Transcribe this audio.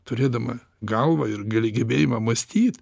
turėdama galvą ir gali gebėjimą mąstyt